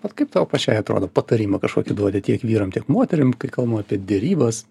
vat kaip tau pačiai atrodo patarimą kažkokį duodi tiek vyram tiek moterim kai kalbam apie derybas